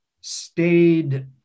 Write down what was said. stayed